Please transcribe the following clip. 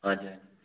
ਹਾਂਜੀ ਹਾਂਜੀ